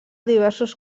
diversos